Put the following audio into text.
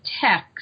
text